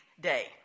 day